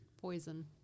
poison